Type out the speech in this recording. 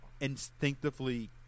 instinctively